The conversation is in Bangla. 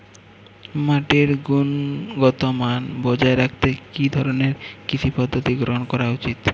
মাটির গুনগতমান বজায় রাখতে কি ধরনের কৃষি পদ্ধতি গ্রহন করা উচিৎ?